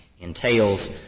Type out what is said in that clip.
entails